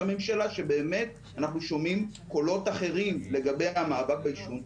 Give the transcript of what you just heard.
שהממשלה שאנחנו באמת שומעים בתוכה קולות אחרים לגבי המאבק בעישון,